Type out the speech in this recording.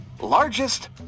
largest